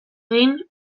egin